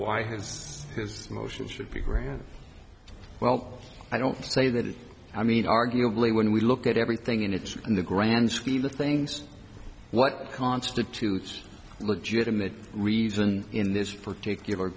this motion should be green well i don't say that i mean arguably when we look at everything and it's in the grand scheme of things what constitutes legitimate reason in this particular